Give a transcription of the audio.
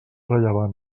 rellevants